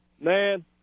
Man